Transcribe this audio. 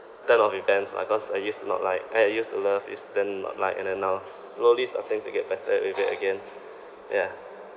turn of events lah cause I used to not like I I used to love is then not like and then now slowly starting to get better with it again yeah